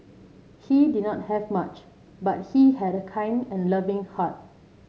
he did not have much but he had a kind and loving heart